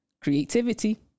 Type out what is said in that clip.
creativity